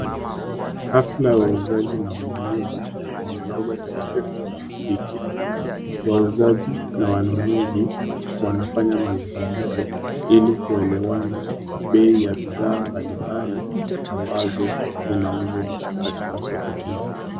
Hafla ya uuzaji na ununuzi imenoga katika kijiji hiki. Wauzaji na wanunuzi wanafanya mazungumzo ili kuelewana bei ya bidhaa mbalimbali ambazo zinauzwa katika soko hii.